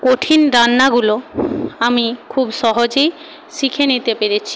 কঠিন রান্নাগুলো আমি খুব সহজেই শিখে নিতে পেরেছি